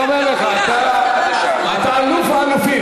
אני אומר לך: אתה אלוף האלופים.